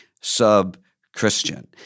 sub-Christian